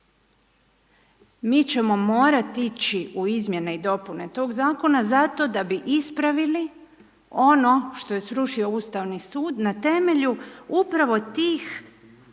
Mi ćemo morati ići u izmjene i dopune tog zakona, zato da bi ispravili ono što je srušio Ustavni sud, na temelju upravo tih poruka,